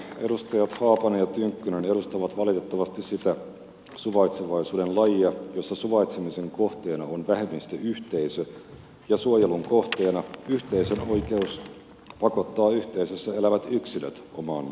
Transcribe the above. edustajat haapanen ja tynkkynen edustavat valitettavasti sitä suvaitsevaisuuden lajia jossa suvaitsemisen kohteena on vähemmistöyhteisö ja suojelun kohteena yhteisön oikeus pakottaa yhteisössä elävät yksilöt omaan muottiinsa